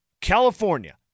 California